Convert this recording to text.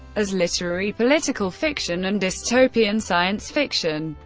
as literary political fiction and dystopian science-fiction,